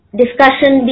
discussion